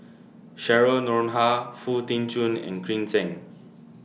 Cheryl Noronha Foo Tee Jun and Green Zeng